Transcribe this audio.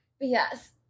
Yes